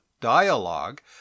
dialogue